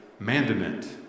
mandament